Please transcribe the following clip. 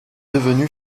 devenue